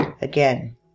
again